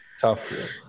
tough